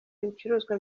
ibicuruzwa